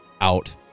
Out